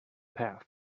path